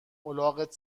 الاغت